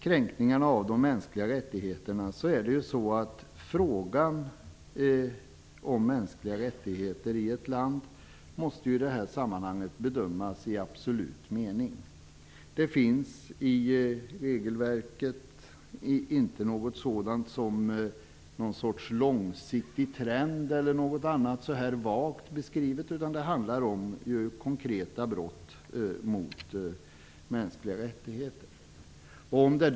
Frågan om hur det är med de mänskliga rättigheterna i ett land måste i det här sammanhanget bedömas i absolut mening. I regelverket finns inte någonting som långsiktig trend eller andra vaga beskrivningar. Det handlar om konkreta brott mot mänskliga rättigheter.